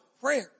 prayer